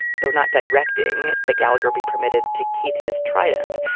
though not directing the galagher be permitted to keep his trident.